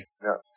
No